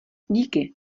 díky